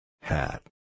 Hat